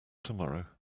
tomorrow